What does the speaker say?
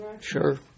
sure